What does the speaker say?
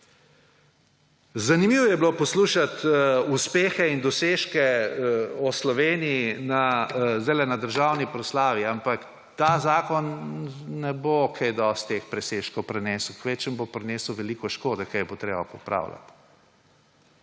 Zanimivo je bilo poslušat uspehe in dosežke o Sloveniji, zdajle na državni proslavi, ampak, ta zakon ne bo kaj dosti teh presežkov prinesel, kvečjemu bo prinesel veliko škode, ki jo bo treba popravljat.